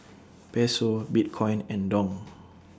Peso Bitcoin and Dong